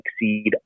exceed